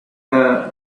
the